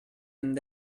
and